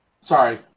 Sorry